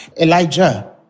Elijah